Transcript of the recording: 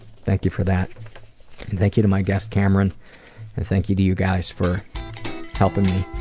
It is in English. thank you for that. and thank you to my guest cameron. and thank you to you guys for helping me